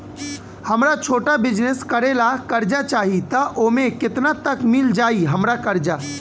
हमरा छोटा बिजनेस करे ला कर्जा चाहि त ओमे केतना तक मिल जायी हमरा कर्जा?